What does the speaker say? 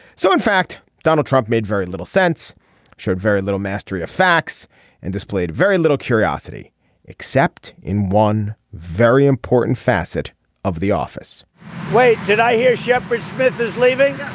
so in fact donald trump made very little sense showed very little mastery of facts and displayed very little curiosity except in one very important facet of the office wait did i hear shepard smith is leaving.